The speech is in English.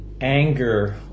anger